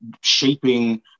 shaping